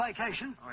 vacation